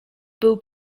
był